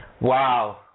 Wow